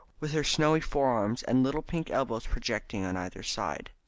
with her snowy forearms and little pink elbows projecting on either side.